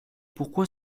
pourquoi